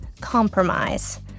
compromise